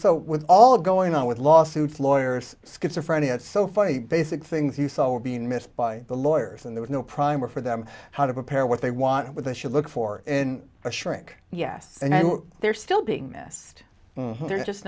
so with all going on with lawsuits lawyers schizophrenia it's so funny basic things you saw were being missed by the lawyers and there's no primer for them how to prepare what they want with a should look for in a shrink yes and they're still being asked they're just